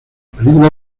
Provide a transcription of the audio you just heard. película